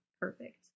perfect